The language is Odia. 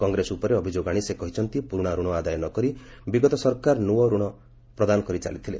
କଂଗ୍ରେସ ଉପରେ ଅଭିଯୋଗ ଆଣି ସେ କହିଛନ୍ତି ପୁରୁଣା ଋଣ ଆଦାୟ ନ କରି ବିଗତ ସରକାର ନୂଆ ଋଣ ପ୍ରଦାନ କରି ଚାଲିଥିଲେ